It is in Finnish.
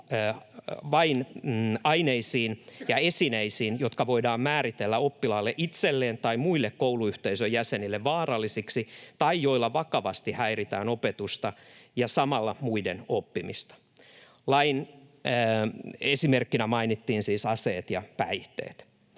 vain aineisiin ja esineisiin, jotka voidaan määritellä oppilaalle itselleen tai muille kouluyhteisön jäsenille vaarallisiksi tai joilla vakavasti häiritään opetusta ja samalla muiden oppimista. Lain esimerkkinä mainittiin siis aseet ja päihteet.